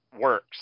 works